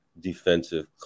defensive